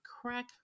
Crack